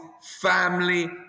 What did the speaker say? Family